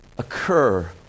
occur